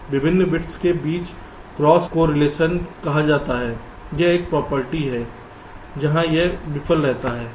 तो इसे विभिन्न बिट्स के बीच क्रॉस कोरिलेशन कहा जाता है यह एक प्रॉपर्टी है जहां यह विफल रहता है